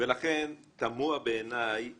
ולכן תמוהה בעיניי